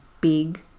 big